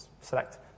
select